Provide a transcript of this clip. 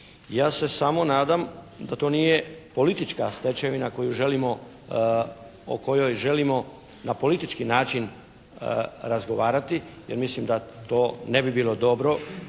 Ja se samo nadam da to nije politička stečevina koju želimo na politički način razgovarati, jer mislim da to ne bi bilo dobro,